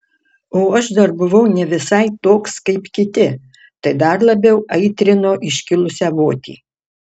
o aš dar buvau ne visai toks kaip kiti tai dar labiau aitrino iškilusią votį